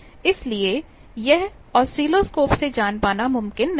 इसलिए यह ऑसिलोस्कोप से जान पाना मुमकिन नहीं है